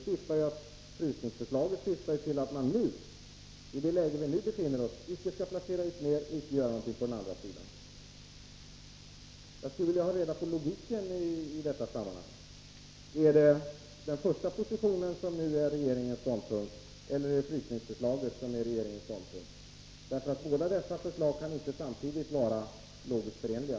Frysningsförslaget syftar ju till att man i det läge som man befinner sig i nu inte skall placera ut fler vapen och inte göra någonting på den andra sidan. Jag skulle vilja ha reda på logiken i detta sammanhang. Är det den första positionen som nu är regeringens ståndpunkt, eller är det frysningsförslaget? Dessa båda förslag är nämligen inte logiskt förenliga.